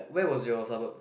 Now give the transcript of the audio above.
where was your suburb